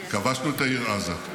וכבשנו את העיר עזה,